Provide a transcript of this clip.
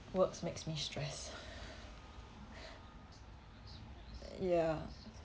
work makes me stress yeah